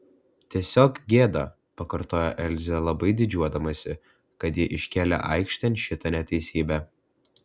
tiesiog gėda pakartojo elzė labai didžiuodamasi kad ji iškėlė aikštėn šitą neteisybę